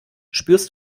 spürst